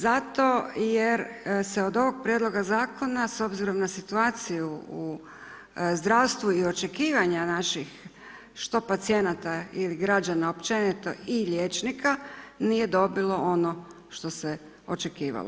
Zato jer se od ovog prijedloga zakona s obzirom na situaciju u zdravstvu i očekivanja naših što pacijenata ili građana općenito i liječnika, nije dobilo ono što se očekivalo.